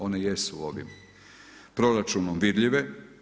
One jesu ovim proračunom vidljive.